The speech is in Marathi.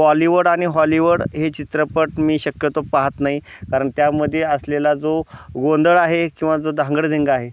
बॉलीवूड आणि हॉलीवूड हे चित्रपट मी शक्यतो पहात नाही कारण त्यामध्ये असलेला जो गोंधळ आहे किंवा जो धांंगडधिंगा आहे